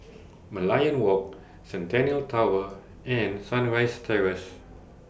Merlion Walk Centennial Tower and Sunrise Terrace